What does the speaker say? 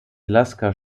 lasker